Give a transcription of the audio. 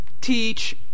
teach